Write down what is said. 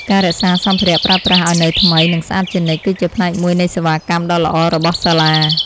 ការរក្សាសម្ភារៈប្រើប្រាស់ឱ្យនៅថ្មីនិងស្អាតជានិច្ចគឺជាផ្នែកមួយនៃសេវាកម្មដ៏ល្អរបស់សាលា។